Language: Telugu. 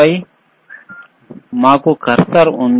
పైన మాకు కర్సర్ ఉంది